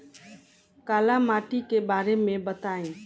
काला माटी के बारे में बताई?